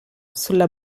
sulla